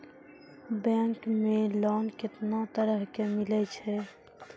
Bank मे loan कैतना तरह के मिलै छै?